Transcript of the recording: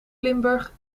limburg